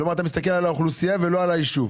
כלומר אתה מסתכל על האוכלוסייה ולא על הישוב.